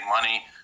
money